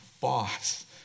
boss